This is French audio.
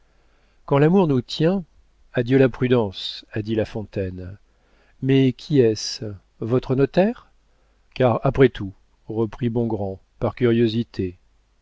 quand l'amour nous tient adieu la prudence a dit la fontaine mais qui est-ce votre notaire car après tout reprit bongrand par curiosité